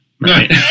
Right